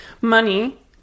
money